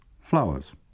flowers